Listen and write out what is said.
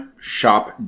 Shop